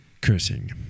cursing